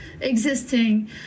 existing